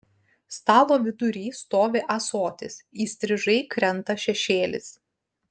stalo vidury stovi ąsotis įstrižai krenta šešėlis